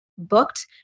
booked